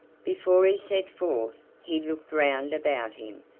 before he set forth he looked round about him,